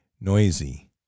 noisy